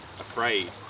afraid